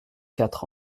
quatre